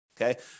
Okay